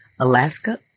Alaska